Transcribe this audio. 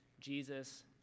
Jesus